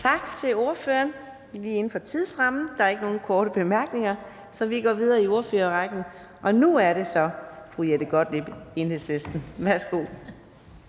Tak til ordføreren. Der er ikke nogen korte bemærkninger, så vi går videre i ordførerrækken, og nu er det så fru Jette Gottlieb, Enhedslisten. Værsgo.